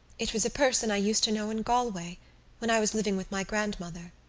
it was a person i used to know in galway when i was living with my grandmother,